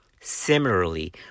Similarly